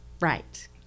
Right